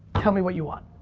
tell me what you want.